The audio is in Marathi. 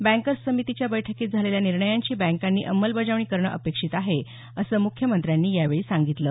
बँकर्स समितीच्या बैठकीत झालेल्या निर्णयांची बँकांनी अंमलबजावणी करणं अपेक्षित आहे असं मुख्यमंत्र्यांनी यावेळी सांगितलं